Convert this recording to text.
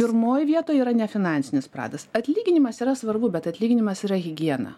pirmoj vietoj yra nefinansinis pradas atlyginimas yra svarbu bet atlyginimas yra higiena